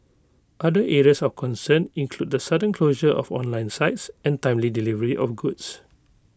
other areas of concern include the sudden closure of online sites and timely delivery of goods